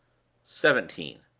seventeen.